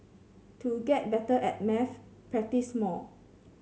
to get better at maths practise more